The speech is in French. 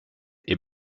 est